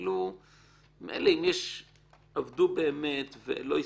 מילא, אם עבדו באמת ולא הספיקו,